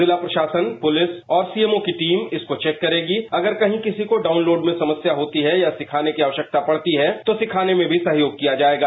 जिला प्रशासन पुलिस और सीएमओ की टीम इसको चेक करेगी अगर कहीं किसी को डाऊनलोड में समस्या होती है या सिखाने की आवश्यकता पड़ती है तो सिखाने में भी सहयोग किया जाएगा